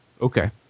okay